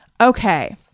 Okay